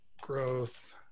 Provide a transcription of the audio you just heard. growth